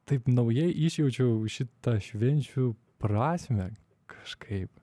taip naujai išjaučiau šitą švenčių prasmę kažkaip